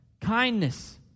kindness